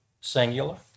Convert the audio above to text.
singular